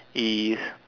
is